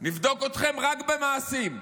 נבדוק אתכם רק במעשים.